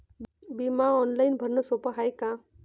बिमा ऑनलाईन भरनं सोप हाय का?